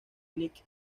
nick